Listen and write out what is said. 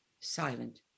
silent